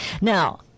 Now